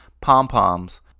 pom-poms